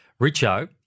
Richo